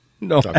No